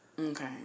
Okay